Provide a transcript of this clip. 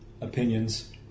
opinions